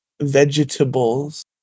Vegetables